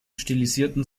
stilisierten